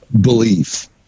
belief